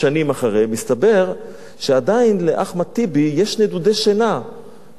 מסתבר שעדיין לאחמד טיבי יש נדודי שינה מהרב כהנא.